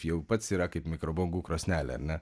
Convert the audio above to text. jau pats yra kaip mikrobangų krosnelė ar ne